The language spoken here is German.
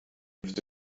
hüfte